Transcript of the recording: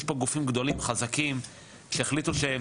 יש פה גופים גדולים חזקים שהחליטו שהם